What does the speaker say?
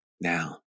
Now